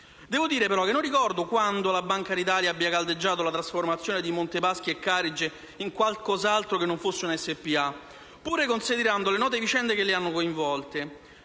Devo dire che non ricordo quando la Banca d'Italia abbia caldeggiato la trasformazione dei gruppi bancari Montepaschi e Carige in qualcos'altro che non fosse una SpA, pure considerando le note vicende che le hanno coinvolte.